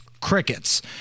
Crickets